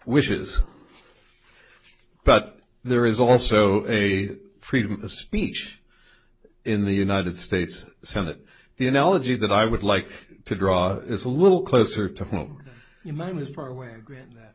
wishes but there is also a freedom of speech in the united states senate the analogy that i would like to draw is a little closer to home in my ms far away grant that